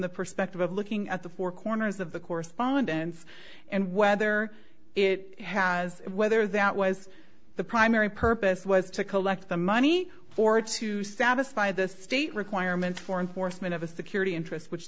the perspective of looking at the four corners of the correspondence and whether it has whether that was the primary purpose was to collect the money for to satisfy the state requirements for enforcement of a security interest which